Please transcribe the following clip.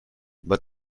but